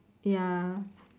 ya